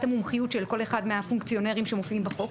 המומחיות של כול אחד מהפונקציונרים שמופיעים בחוק.